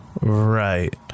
Right